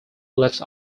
left